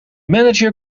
manager